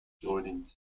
Joining